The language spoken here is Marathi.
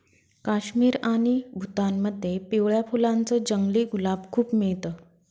काश्मीर आणि भूतानमध्ये पिवळ्या फुलांच जंगली गुलाब खूप मिळत